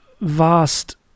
vast